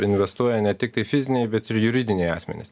investuoja ne tik tai fiziniai bet ir juridiniai asmenys